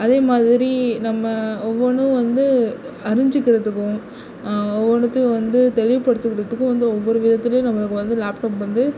அதேமாதிரி நம்ம ஒவ்வொன்றும் வந்து அறிஞ்சுக்கிறத்துக்கும் ஒவ்வொன்றுத்தையும் வந்து தெளிவுப்படுத்துகிறத்துக்கும் வந்து ஒவ்வொரு விதத்திலேயும் நம்மளுக்கு வந்து லாப்டாப் வந்து